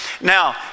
Now